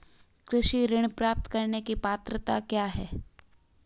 कृषि ऋण प्राप्त करने की पात्रता क्या है?